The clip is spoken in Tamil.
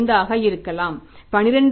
5 ஆக இருக்கலாம் 11